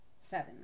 Seven